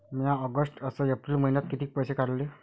म्या ऑगस्ट अस एप्रिल मइन्यात कितीक पैसे काढले?